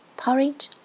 porridge